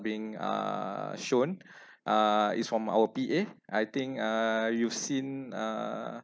being uh shown uh is from our P_A I think uh you've seen uh